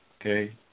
Okay